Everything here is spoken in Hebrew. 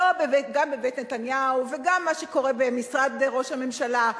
גם בבית נתניהו, וגם מה שקורה במשרד ראש הממשלה.